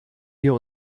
wir